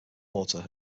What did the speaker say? water